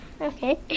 Okay